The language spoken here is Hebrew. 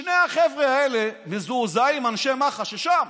שני החבר'ה האלה מזועזעים, אנשי מח"ש ששם.